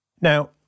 Now